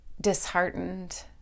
disheartened